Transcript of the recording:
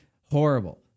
horrible